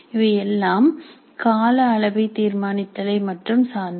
இவை எல்லாம் கால அளவை தீர்மானித்தல் ஐ மட்டும் சார்ந்தது